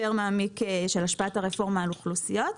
מעמיק של השפעת הרפורמה על אוכלוסיות.